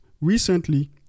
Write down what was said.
recently